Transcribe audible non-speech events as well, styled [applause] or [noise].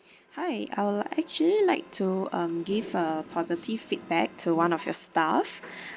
hi I would like actually like to um give a positive feedback to one of your staff [breath]